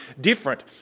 different